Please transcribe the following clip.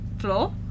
Floor